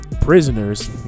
prisoners